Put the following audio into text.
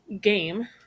game